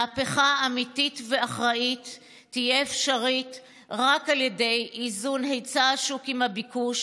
מהפכה אמיתית ואחראית תהיה אפשרית רק על ידי איזון היצע השוק עם הביקוש,